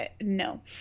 no